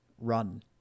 Run